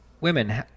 Women